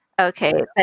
Okay